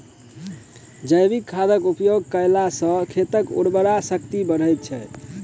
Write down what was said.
जैविक खादक उपयोग कयला सॅ खेतक उर्वरा शक्ति बढ़ैत छै